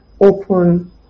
open